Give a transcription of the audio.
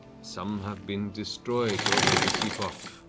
some have been destroyed over this epoch.